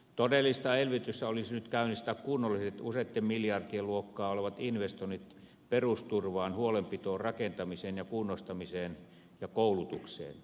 todellista elvytystä olisi nyt käynnistää kunnolliset useitten miljardien luokkaa olevat investoinnit perusturvaan huolenpitoon rakentamiseen ja kunnostamiseen ja koulutukseen